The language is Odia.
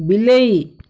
ବିଲେଇ